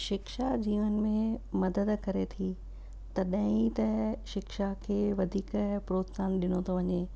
शिक्षा जीवन में मदद करे थी तॾहिं ई त शिक्षा खे वधीक प्रोत्साहन ॾिनो थो वञे